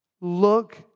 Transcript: Look